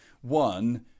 One